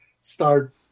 start